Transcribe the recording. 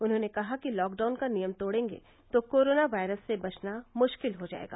उन्होंने कहा कि लॉकडाउन का नियम तोड़ेंगे तो कोरोना वायरस से बचना मुश्किल हो जायेगा